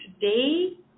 today